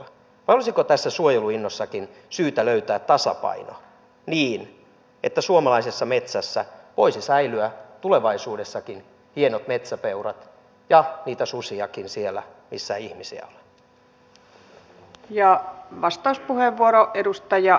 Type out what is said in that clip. vai olisiko tässä suojeluinnossakin syytä löytää tasapainoa niin että suomalaisessa metsässä voisivat säilyä tulevaisuudessakin hienot metsäpeurat ja niitä susiakin siellä missä ihmisiä on